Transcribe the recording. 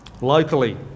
locally